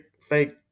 fake